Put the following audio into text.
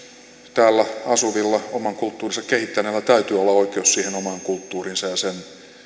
täällä asuvilla oman kulttuurinsa kehittäneillä täytyy olla oikeus siihen omaan kulttuuriinsa ja sen